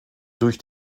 durch